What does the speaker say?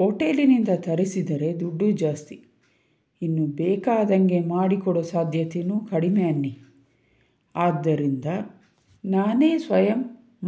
ಹೋಟೇಲಿನಿಂದ ತರಿಸಿದರೆ ದುಡ್ಡು ಜಾಸ್ತಿ ಇನ್ನು ಬೇಕಾದಂಗೆ ಮಾಡಿಕೊಡೊ ಸಾಧ್ಯತೆಯೂ ಕಡಿಮೆ ಅನ್ನಿ ಆದ್ದರಿಂದ ನಾನೇ ಸ್ವಯಂ